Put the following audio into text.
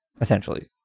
essentially